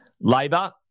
labour